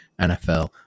NFL